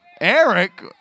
Eric